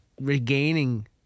regaining